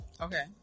Okay